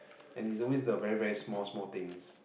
and is always the very very small small things